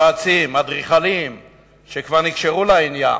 היועצים, האדריכלים שכבר נקשרו לעניין?